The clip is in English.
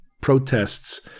protests